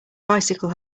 bicycle